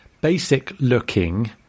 basic-looking